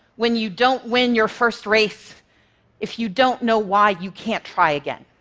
when you don't win your first race if you don't know why, you can't try again.